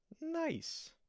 nice